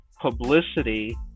publicity